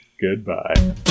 Goodbye